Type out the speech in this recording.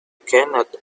cannot